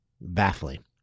baffling